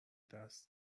دست